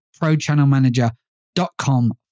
prochannelmanager.com